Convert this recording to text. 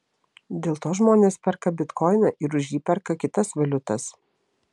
dėl to žmonės perka bitkoiną ir už jį perka kitas valiutas